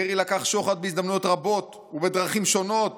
דרעי לקח שוחד בהזדמנויות רבות ובדרכים שונות